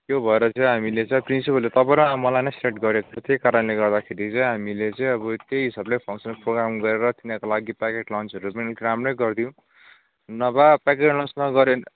त्यो भएर चाहिँ हामीले चाहिँ प्रिन्सिपलले तपाईँ र मलाई नै सेट गरेको त्यही कारणले गर्दाखेरि चाहिँ हामीले चाहिँ अब त्यही हिसाबले चाहिँ फङसन प्रोग्राम गरेर तिनीहरूको लागि प्याकेट लन्चहरू पनि अलिक राम्रै गरिदिउँ नभए प्याकेट लन्च नगरे